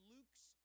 Luke's